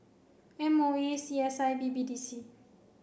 M O E C S I and B B D C